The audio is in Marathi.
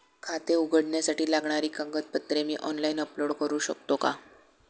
खाते उघडण्यासाठी लागणारी कागदपत्रे मी ऑनलाइन अपलोड करू शकतो का?